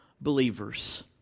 believers